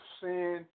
sin